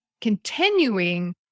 continuing